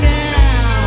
now